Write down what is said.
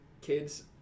kids